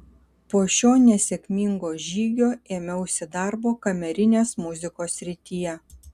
po šio nesėkmingo žygio ėmiausi darbo kamerinės muzikos srityje